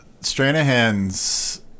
Stranahan's